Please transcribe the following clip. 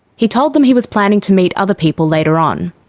he told them he was planning to meet other people later on.